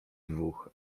dwóch